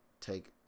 take